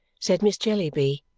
said miss jellyby,